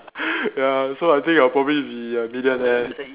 ya so I think I'll probably be a millionaire